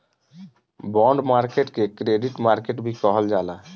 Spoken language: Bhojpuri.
बॉन्ड मार्केट के क्रेडिट मार्केट भी कहल जाला